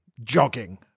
jogging